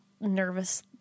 nervous